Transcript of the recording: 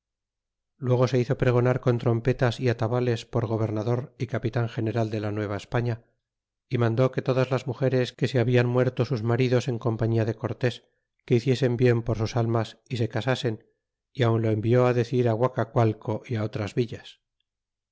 luego se hizo pregonar con trompetas y atabales por gobernador y capitan general de la nueva españa y mandó que todas las mugeres que se hablan muerto sus maridos en compañía de cortes que hiciesen bien por sus almas y se casasen y aun lo envió decir guacacualco o otras villas